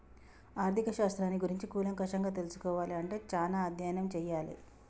ఆర్ధిక శాస్త్రాన్ని గురించి కూలంకషంగా తెల్సుకోవాలే అంటే చానా అధ్యయనం చెయ్యాలే